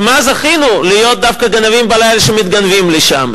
במה זכינו להיות דווקא גנבים בלילה, שמתגנבים לשם?